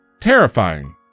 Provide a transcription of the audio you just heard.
terrifying